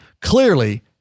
clearly